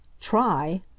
Try